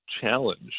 challenge